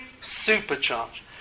supercharged